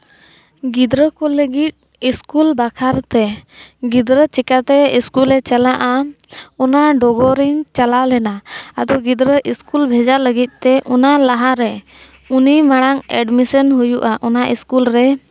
ᱜᱤᱫᱽᱨᱟᱹ ᱠᱚ ᱞᱟᱹᱜᱤᱫ ᱥᱠᱩᱞ ᱵᱟᱠᱷᱨᱟᱼᱛᱮ ᱜᱤᱫᱽᱨᱟᱹ ᱪᱤᱠᱟᱹᱛᱮ ᱥᱠᱩᱞᱮ ᱪᱟᱞᱟᱜᱼᱟ ᱚᱱᱟ ᱰᱚᱜᱚᱨᱤᱧ ᱪᱟᱞᱟᱣ ᱞᱮᱱᱟ ᱟᱫᱚ ᱜᱤᱫᱽᱨᱟᱹ ᱥᱠᱩᱞ ᱵᱷᱮᱡᱟ ᱞᱟᱹᱜᱤᱫᱼᱛᱮ ᱚᱱᱟ ᱞᱟᱦᱟᱨᱮ ᱩᱱᱤ ᱢᱟᱲᱟᱝ ᱮᱰᱢᱤᱥᱮᱱ ᱦᱩᱭᱩᱜᱼᱟ ᱚᱱᱟ ᱥᱠᱩᱞ ᱨᱮ